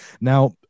Now